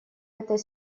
этой